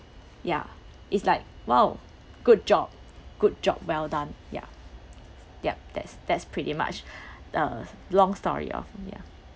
ya it's like !wow! good job good job well done ya yup that's that's pretty much the long story of ya